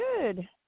Good